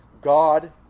God